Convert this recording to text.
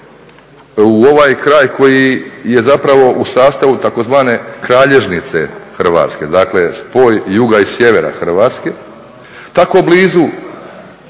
u ovaj kraj koji je zapravo u sastavu tzv. kralježnice Hrvatske. Dakle, spoj juga i sjevera Hrvatske, tako blizu